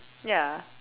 ya